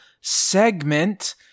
segment